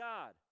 God